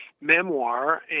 memoir